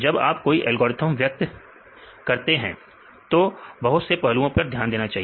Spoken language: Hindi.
जब आप कोई एल्गोरिथ्म व्यक्त करते हैं तो बहुत से पहलुओं पर ध्यान देना चाहिए